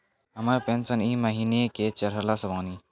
हमर पेंशन ई महीने के चढ़लऽ बानी?